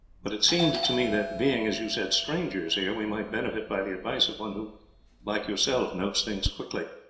but it seemed to me that being, as you said, strangers here, we might benefit by the advice of one who like yourself notes things quickly,